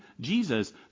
Jesus